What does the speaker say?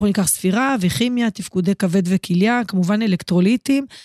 בואו ניקח ספירה וכימיה, תפקודי כבד וכליה, כמובן אלקטרוליטים.